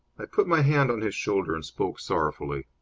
i put my hand on his shoulder and spoke sorrowfully.